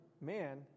man